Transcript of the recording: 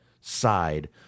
side